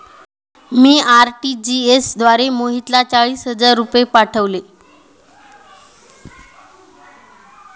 मी RTGS द्वारे मोहितला चाळीस हजार रुपये पाठवले